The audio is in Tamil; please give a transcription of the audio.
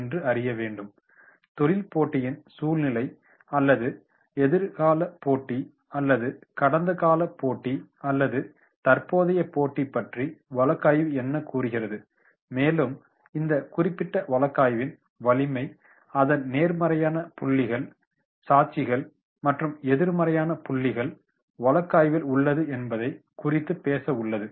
என்று அறியவேண்டும் தொழில் போட்டியின் சூழ்நிலை அல்லது எதிர்கால போட்டி அல்லது கடந்தகால போட்டி அல்லது தற்போதைய போட்டி பற்றி வழக்காய்வு என்ன கூறுகிறது மேலும் இந்த குறிப்பிட்ட வழக்காய்வின் வலிமை அதன் நேர்மறையான புள்ளிகள் சாட்சிகள் மற்றும் எதிர்மறையான புள்ளிகள் வழக்காய்வில் உள்ளது என்பதை குறித்து பேச உள்ளது